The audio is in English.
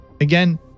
again